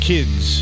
Kids